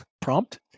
prompt